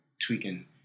tweaking